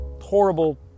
horrible